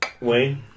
Wayne